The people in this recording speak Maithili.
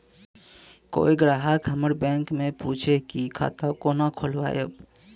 कोय ग्राहक हमर बैक मैं पुछे की खाता कोना खोलायब?